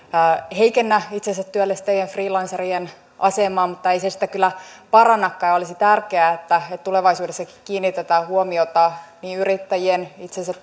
heikennä itsensä työllistävien freelancerien asemaa mutta ei se sitä kyllä parannakaan olisi tärkeää että tulevaisuudessakin kiinnitetään huomiota yrittäjien itsensä